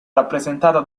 rappresentata